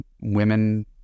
women